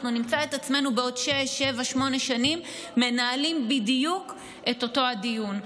נמצא את עצמנו בעוד שש-שבע-שמונה שנים מנהלים בדיוק את אותו הדיון.